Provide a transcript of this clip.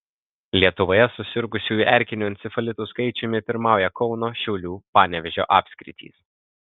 lietuvoje susirgusiųjų erkiniu encefalitu skaičiumi pirmauja kauno šiaulių panevėžio apskritys